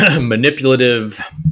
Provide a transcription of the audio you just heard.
manipulative